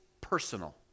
personal